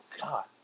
god